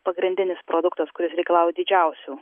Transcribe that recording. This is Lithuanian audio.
pagrindinis produktas kuris reikalauja didžiausių